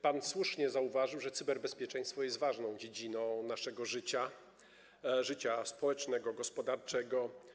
Pan słusznie zauważył, że cyberbezpieczeństwo jest ważną dziedziną naszego życia, życia społecznego, gospodarczego.